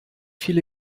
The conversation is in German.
viele